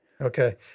Okay